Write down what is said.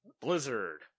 Blizzard